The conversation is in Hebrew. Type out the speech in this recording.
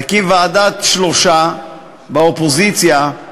נקים ועדת שלושה באופוזיציה,